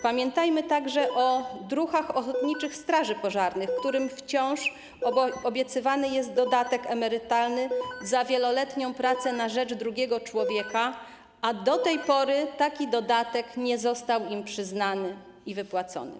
Pamiętajmy także o druhach ochotniczych straży pożarnych, którym wciąż obiecywany jest dodatek emerytalny za wieloletnią pracę na rzecz drugiego człowieka, a do tej pory taki dodatek nie został im przyznany i wypłacony.